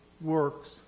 works